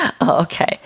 Okay